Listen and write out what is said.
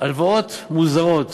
הלוואות מוזרות,